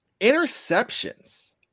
Interceptions